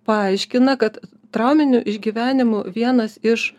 paaiškina kad trauminių išgyvenimų vienas iš